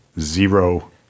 Zero